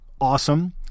Awesome